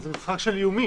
אבל זה משחק של איומים.